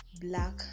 black